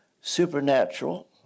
supernatural